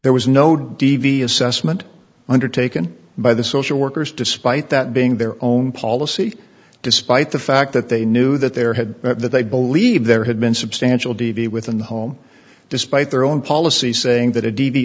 there was no devious sess meant undertaken by the social workers despite that being their own policy despite the fact that they knew that there had that they believe there had been substantial d v within the home despite their own policy saying that a d